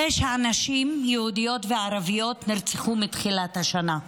תשע נשים יהודיות וערביות נרצחו מתחילת השנה.